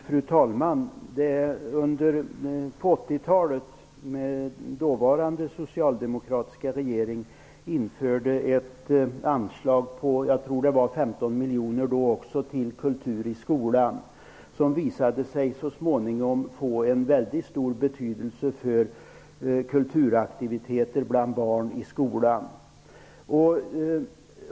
Fru talman! Under 80-talet införde den dåvarande socialdemokratiska regeringen ett anslag om - också då - 15 miljoner kronor till kultur i skolan, något som så småningom visade sig få en mycket stor betydelse för kulturaktiviteter bland barn i skolan.